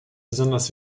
besonders